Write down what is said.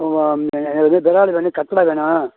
உங்கள் மி எனக்கு விறாலு வேணும் கட்லா வேணும்